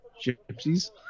gypsies